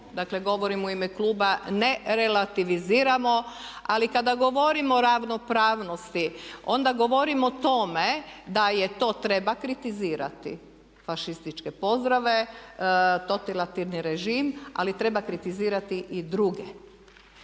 dakle govorim u ime kluba, ne relativiziramo ali kada govorimo o ravnopravnosti onda govorimo o tome da je to treba kritizirati, fašističke pozdrave, totalitarni režim ali treba kritizirati i druge.